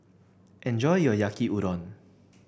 enjoy your Yaki Udon